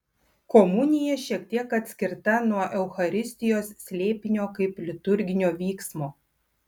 komunija šiek tiek atskirta nuo eucharistijos slėpinio kaip liturginio vyksmo